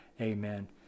Amen